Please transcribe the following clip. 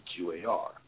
QAR